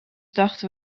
dachten